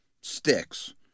sticks